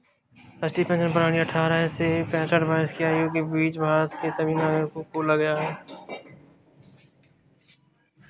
राष्ट्रीय पेंशन प्रणाली अट्ठारह से पेंसठ वर्ष की आयु के बीच भारत के सभी नागरिकों के लिए खोला गया